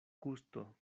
gusto